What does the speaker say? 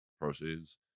proceeds